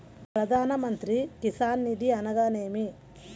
ప్రధాన మంత్రి కిసాన్ నిధి అనగా నేమి?